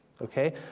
Okay